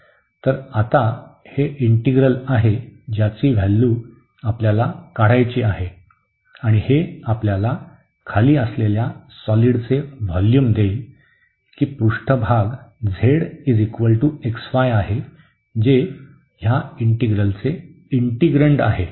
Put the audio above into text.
तर आता हे इंटीग्रल आहे ज्याची व्हॅल्यू आपल्याला काढायची आहे आणि हे आपल्याला खाली असलेल्या सॉलिडचे व्होल्यूम देईल की पृष्ठभाग z xy आहे जे या इंटीग्रलचे इंटिग्रण्ड आहे